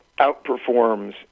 outperforms